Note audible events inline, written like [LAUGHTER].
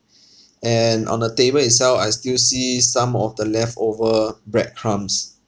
[BREATH] and on the table itself I still see some of the leftover bread crumbs